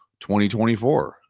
2024